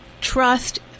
trust